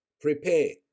prepare